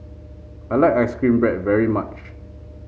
I like ice cream bread very much